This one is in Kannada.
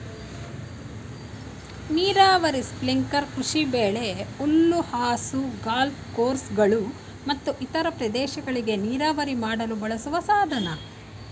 ನೀರಾವರಿ ಸ್ಪ್ರಿಂಕ್ಲರ್ ಕೃಷಿಬೆಳೆ ಹುಲ್ಲುಹಾಸು ಗಾಲ್ಫ್ ಕೋರ್ಸ್ಗಳು ಮತ್ತು ಇತರ ಪ್ರದೇಶಗಳಿಗೆ ನೀರಾವರಿ ಮಾಡಲು ಬಳಸುವ ಸಾಧನ